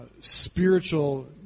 spiritual